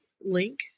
link